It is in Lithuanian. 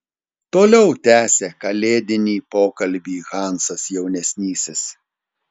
toliau tęsė kalėdinį pokalbį hansas jaunesnysis